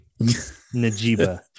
Najiba